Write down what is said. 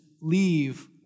leave